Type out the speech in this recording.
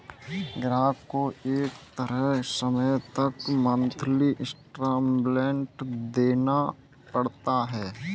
ग्राहक को एक तय समय तक मंथली इंस्टॉल्मेंट देना पड़ता है